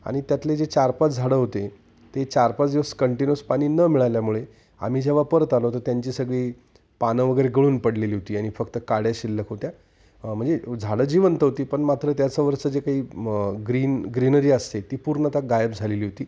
आणि त्यातले जे चार पाच झाडं होते ते चार पाच दिवस कंटिन्यूअस पाणी न मिळाल्यामुळे आम्ही जेव्हा परत आलो तर त्यांची सगळी पानं वगैरे गळून पडलेली होती आणि फक्त काड्या शिल्लक होत्या म्हणजे झाडं जिवंत होती पण मात्र त्याचं वरचं जे काही ग्रीन ग्रीनरी असते ती पूर्णत गायब झालेली होती